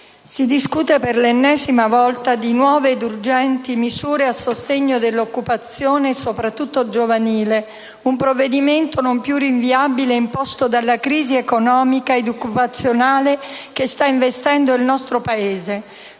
si discute per l'ennesima volta di nuove ed urgenti misure a sostegno dell'occupazione, soprattutto giovanile; un provvedimento non più rinviabile e imposto dalla crisi economica ed occupazionale che sta investendo il nostro Paese.